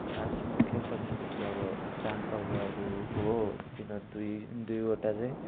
खास मुख्य संस्कृति अब चाडपर्वहरू हो हो तिनीहरू दुई दुईवटा चाहिँ